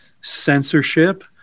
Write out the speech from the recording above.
censorship